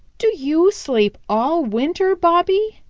do you sleep all winter, bobby?